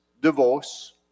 divorce